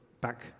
back